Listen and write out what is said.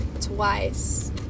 twice